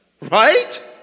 right